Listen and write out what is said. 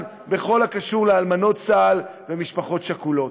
בכל הקשור לאלמנות צה"ל ומשפחות שכולות,